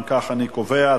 אם כך, אני קובע,